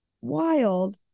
wild